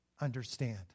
understand